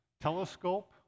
telescope